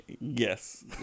Yes